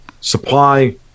supply